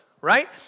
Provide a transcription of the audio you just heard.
right